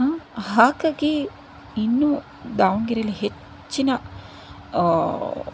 ಹಾಗಾಗಿ ಇನ್ನೂ ದಾವಣಗೆರೆಯಲ್ಲಿ ಹೆಚ್ಚಿನ